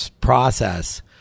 process